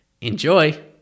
Enjoy